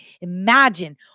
Imagine